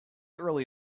early